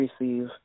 receive